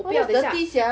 quantity sia